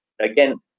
Again